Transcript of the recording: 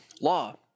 law